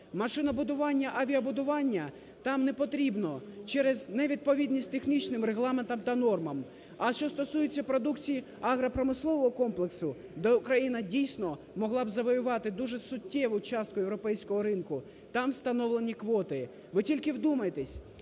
Машинобудування, авіабудування там не потрібно через невідповідність технічним регламентам та нормам. А що стосується продукції агропромислового комплексу? Україна дійсно могла б завоювати дуже суттєву частку європейського ринку, там встановлені квоти. Ви тільки вдумайтеся,